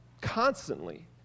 constantly